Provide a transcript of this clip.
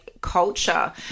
culture